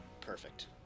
perfect